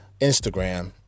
Instagram